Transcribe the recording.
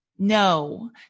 No